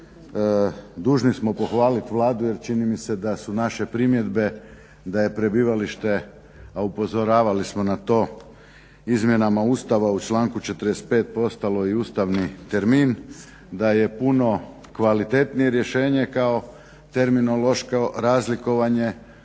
dužni smo pohvaliti Vladu jer čini mi se da su naše primjedbe da je prebivalište, a upozoravali smo na to, izmjenama Ustava u članku 45. postalo i ustavni termin, da je puno kvalitetnije rješenje kao terminološko razlikovanje